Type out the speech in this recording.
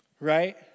right